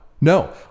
no